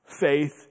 faith